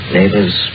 Neighbors